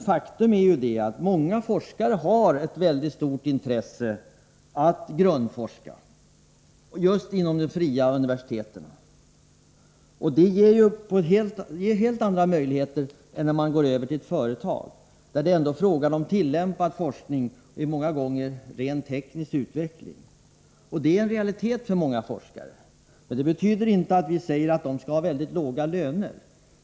Faktum är dock att många forskare just inom de fria universiteten har ett mycket stort intresse av grundforskning. Där har de helt andra möjligheter till detta än om de går över till atvarbeta i ett företag. Då handlar det om tillämpad forskning och många gånger rent teknisk utveckling. Det är en realitet för många forskare. Det här betyder inte att vi säger att dessa forskare skall ha låga löner.